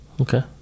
Okay